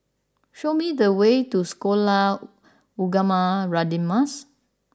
show me the way to Sekolah Ugama Radin Mas